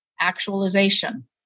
actualization